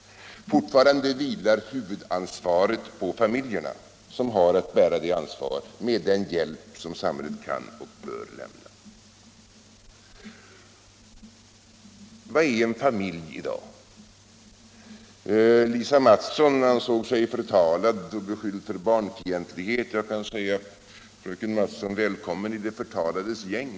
Fortfarande vilar huvudansvaret på familjerna som har att bära det ansvaret med den hjälp som samhället kan och bör lämna. Vad är en familj i dag? Lisa Mattson ansåg sig förtalad och beskylld för barnfientlighet. Jag kan i så fall säga: Välkommen till de förtalades gäng!